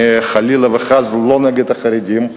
אני חלילה וחס לא נגד החרדים.